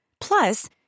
Plus